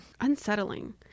unsettling